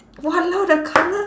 !walao! the colour